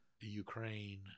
Ukraine